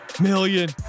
million